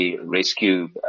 rescue